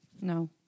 No